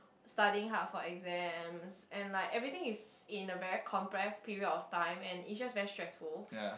studying hard for exams and like everything is in a very compressed period of time and it's just very stressful